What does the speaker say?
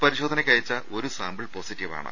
പരിശോധനക്കയച്ച ഒരു സാമ്പിൾ പോസി റ്റീവാണ്